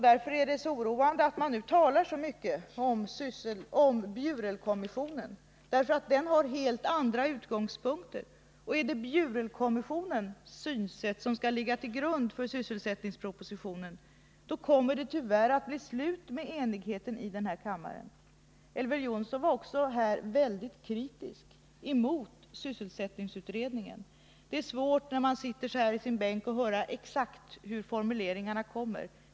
Därför är det så oroande att man nu talar så mycket om Bjurelkommissionen. Den har nämligen helt andra utgångspunkter. Är det dess synsätt som skall ligga till grund för sysselsättningspropositionen, kommer det tyvärr att bli slut med enigheten i denna kammare. Elver Jonsson var också kritisk mot sysselsättningsutredningen. Det är svårt, när man sitter i sin bänk, att höra de exakta formuleringarna.